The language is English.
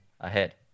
ahead